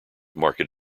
market